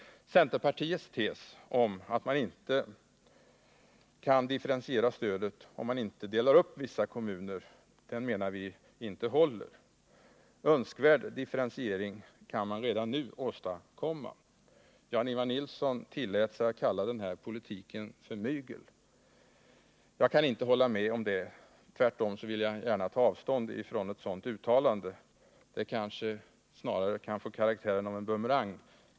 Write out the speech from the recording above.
Centerpartiets tes om att man inte kan differentiera stödet om man inte delar upp vissa kommuner menar vi inte håller. Önskvärd differentiering kan man redan nu åstadkomma. Jan-Ivan Nilsson tillät sig att kalla den här politiken för mygel. Jag kan inte hålla med om det; tvärtom vill jag gärna ta avstånd från ett sådant uttalande. Det kanske snarare kan få karaktären av en bumerang.